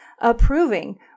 Approving